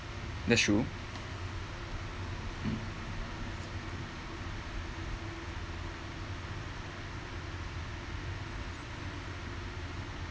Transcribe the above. that's true